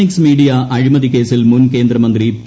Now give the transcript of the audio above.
X media അഴിമതി കേസിൽ മുൻ കേന്ദ്രമന്ത്രി പി